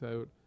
out